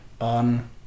on